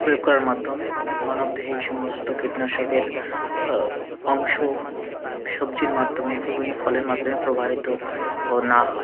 প্রয়োগ করার মাধ্যমে মানব দেহে এই সমস্ত কীটনাশকের অংশ সবজির মাধ্যমে বিভিন্ন ফলের মাধ্যমে প্রবাহিত না হয়